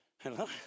Hello